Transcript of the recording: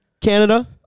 Canada